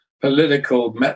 political